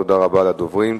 תודה רבה לדוברים.